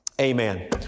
Amen